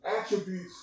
attributes